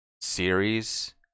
series